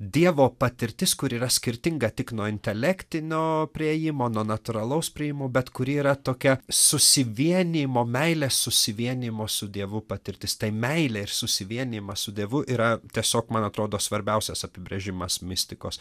dievo patirtis kuri yra skirtinga tik nuo intelektinio priėjimo nuo natūralaus priėjimo bet kuri yra tokia susivienijimo meilės susivienijimo su dievu patirtis tai meilė ir susivienijimas su dievu yra tiesiog man atrodo svarbiausias apibrėžimas mistikos